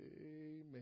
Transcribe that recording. Amen